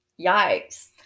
Yikes